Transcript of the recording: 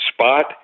spot